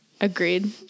agreed